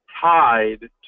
tied